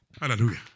Hallelujah